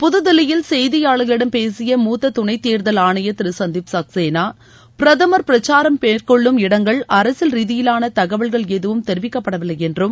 புதுதில்லியில் செய்தியாளர்களிடம் பேசிய மூத்த துணைத் தேர்தல் ஆணையர் திரு சந்திப் சக்சேனா பிரதமர் பிரக்சாரம் மேற்கொள்ளும் இடங்கள் அரசியல் ரீதியிலான தகவல்கள் எதுவும் தெரிவிக்கப்படவில்லை என்றம்